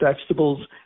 vegetables